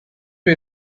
you